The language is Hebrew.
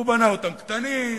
הוא בנה אותם קטנים,